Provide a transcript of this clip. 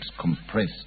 compressed